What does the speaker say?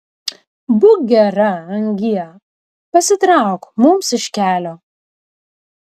būk gera angie pasitrauk mums iš kelio